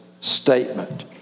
statement